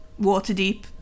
Waterdeep